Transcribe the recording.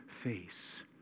face